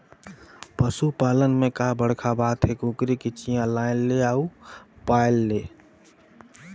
पसू पालन में का बड़खा बात हे, कुकरी के चिया लायन ले अउ पायल ले